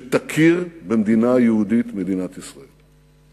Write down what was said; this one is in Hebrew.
שתכיר במדינה יהודית, מדינת ישראל.